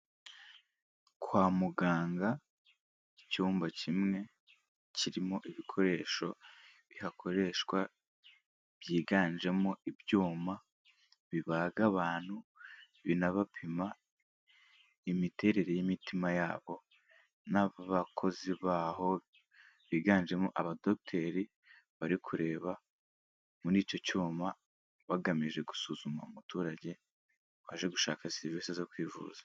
Kwa muganga, icyumba kimwe kirimo ibikoresho bihakoreshwa, byiganjemo ibyuma bibaga abantu, binabapima imiterere y'imitima yabo n'abakozi baho, biganjemo abadogiteri bari kureba muri icyo cyuma, bagamije gusuzuma umuturage waje gushaka serivisi zo kwivuza.